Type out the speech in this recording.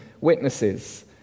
witnesses